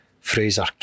Fraser